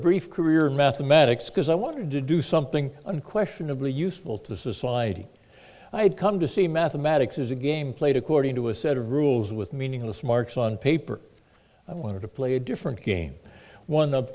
brief career in mathematics because i wanted to do something unquestionably useful to society i had come to see mathematics is a game played according to a set of rules with meaningless marks on paper i wanted to play a different game one